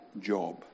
job